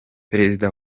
perezida